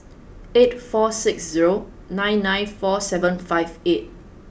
eight four six zero nine nine four seven five eight